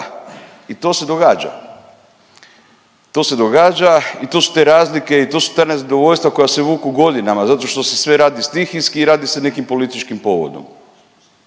i to se događa. To se događa i to su te razlike i to su ta nezadovoljstva koja se vuku godinama, zato što se sve radi stihijski i radi se nekim političkim povodom.